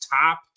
top